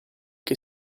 che